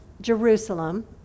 Jerusalem